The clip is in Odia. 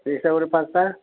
ସେଇ ହିସାବରେ ପାଞ୍ଚଟା